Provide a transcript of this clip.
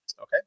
Okay